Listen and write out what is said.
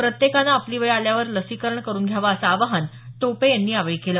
प्रत्येकानं आपली वेळ आल्यावर लसीकरण करून घ्यावं असं आवाहन टोपे यांनी यावेळी केलं